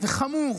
וחמור